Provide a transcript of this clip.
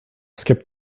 skip